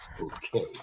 okay